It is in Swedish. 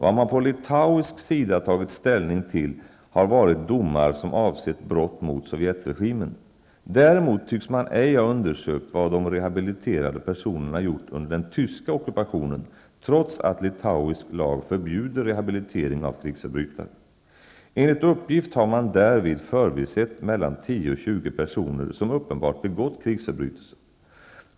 Vad man på litauisk sida tagit ställning till har varit domar som avsett brott mot sovjetregimen. Däremot tycks man ej ha undersökt vad de rehabiliterade personerna gjort under den tyska ockupationen, trots att litauisk lag förbjuder rehabilitering av krigsförbrytare. Enligt uppgift har man därvid förbisett mellan 10 och 20 personer som uppenbart begått krigsförbrytelser.